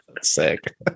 Sick